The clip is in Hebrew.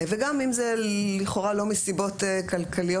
וגם אם זה לכאורה לא מסיבות כלכליות,